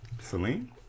Celine